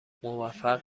موفق